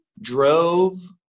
drove